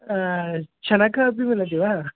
चनक अपि मिलति वा